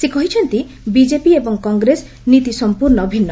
ସେ କହିଛନ୍ତି ବିଜେପି ଏବଂ କଂଗ୍ରେସ ନୀତି ସମ୍ପୂର୍ଣ୍ଣ ଭିନ୍ନ